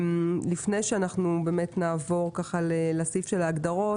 לפני שנעבור לסעיף של ההגדרות,